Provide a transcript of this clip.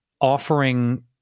offering